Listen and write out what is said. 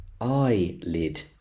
eyelid